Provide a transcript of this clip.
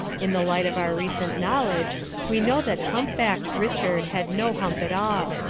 in the light of our recent knowledge we know that hump-backed rich ard had no hump at all,